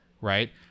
right